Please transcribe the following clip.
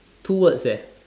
two words eh